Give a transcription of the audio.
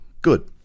good